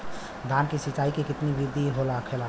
धान की सिंचाई की कितना बिदी होखेला?